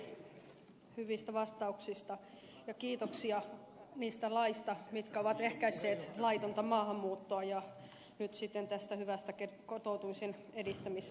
kiitoksia ministerille hyvistä vastauksista ja kiitoksia niistä laeista mitkä ovat ehkäisseet laitonta maahanmuuttoa ja nyt sitten näistä hyvistä kotoutumisen edistämisasioista